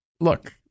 Look